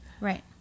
Right